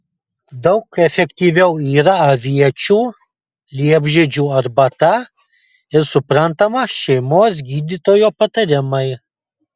daug efektyviau yra aviečių liepžiedžių arbata ir suprantama šeimos gydytojo patarimai